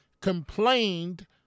complained